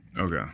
Okay